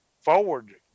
forward